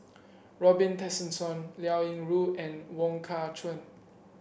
Robin Tessensohn Liao Yingru and Wong Kah Chun